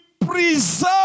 preserve